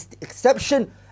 exception